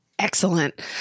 Excellent